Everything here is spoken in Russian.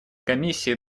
комиссии